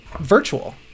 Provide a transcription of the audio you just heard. virtual